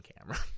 camera